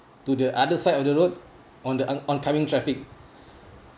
to the other side of the road on the on~ oncoming traffic